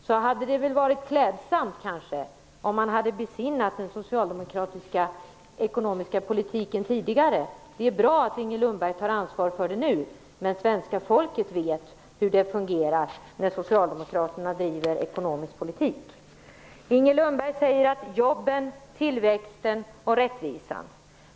Det hade varit klädsamt om man hade besinnat den socialdemokratiska ekonomiska politiken tidigare. Det är bra att Inger Lundberg tar ansvar för den nu, men svenska folket vet hur det fungerar när socialdemokraterna driver ekonomisk politik. Inger Lundberg talar om jobben, tillväxten och rättvisan.